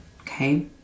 Okay